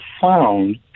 found